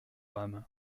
âme